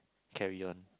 carry on